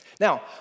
Now